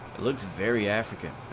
looks very as if